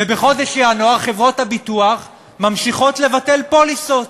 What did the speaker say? ובחודש ינואר חברות הביטוח ממשיכות לבטל פוליסות